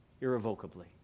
irrevocably